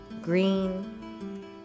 green